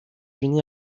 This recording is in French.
unis